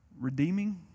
redeeming